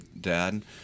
dad